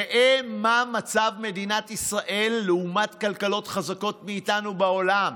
ראה מה מצב מדינת ישראל לעומת כלכלות חזקות מאיתנו בעולם.